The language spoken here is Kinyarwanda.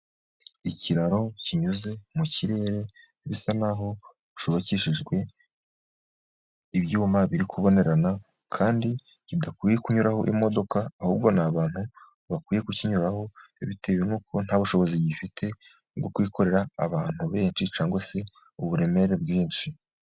Ikiraro kinyuze mu kirere gisa naho cubakishejwe ibyuma biri kubonerana, kandi kidakwiye kunyuraho imodoka, ahubwo ni abantu bakwiye kukinyuraho bitewe nuko nta bushobozi gifite bwo kwikorera abantu benshi cyangwa se uburemere bwinshi.